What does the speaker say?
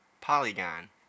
Polygon